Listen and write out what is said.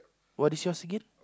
what is yours again